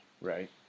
Right